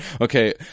okay